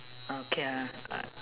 okay ah uh